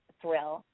thrill